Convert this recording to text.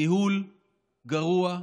ניהול גרוע,